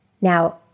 Now